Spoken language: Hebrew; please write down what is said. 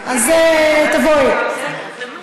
אינה נוכחת,